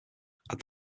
had